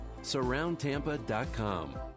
SurroundTampa.com